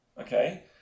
okay